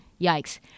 Yikes